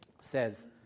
says